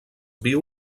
viu